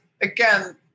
again